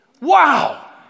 Wow